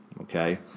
Okay